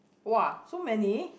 !wah! so many